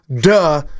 duh